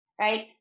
right